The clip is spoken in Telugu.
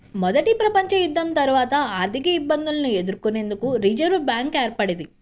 మొదటి ప్రపంచయుద్ధం తర్వాత ఆర్థికఇబ్బందులను ఎదుర్కొనేందుకు రిజర్వ్ బ్యాంక్ ఏర్పడ్డది